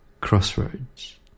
Crossroads